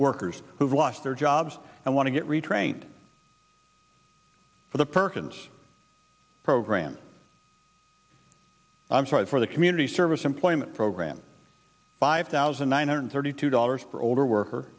workers who've lost their jobs and want to get retrained for the perkins program i'm sorry for the community service employment program five thousand nine hundred thirty two dollars for older worker